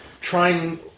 trying